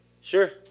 sure